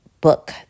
book